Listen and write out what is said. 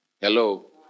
Hello